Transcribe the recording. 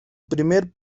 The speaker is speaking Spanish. primer